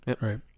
right